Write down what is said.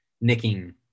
nicking